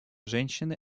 женщины